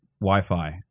Wi-Fi